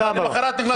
ולמחרת נכנסת לממשלה.